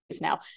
now